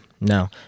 no